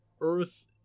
Earth